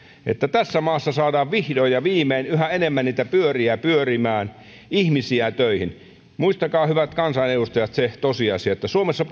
että tässä maassa saadaan vihdoin ja viimein yhä enemmän niitä pyöriä pyörimään ihmisiä töihin muistakaa hyvät kansanedustajat se tosiasia että suomessa